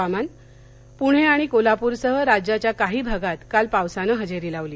हवामान पुणे आणि कोल्हापूर सह राज्याच्या काही भागात काल पावसानं हजेरी लावली